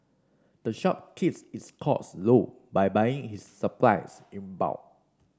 the shop keeps its costs low by buying its supplies in bulk